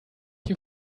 you